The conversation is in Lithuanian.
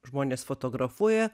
žmonės fotografuoja